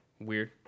weird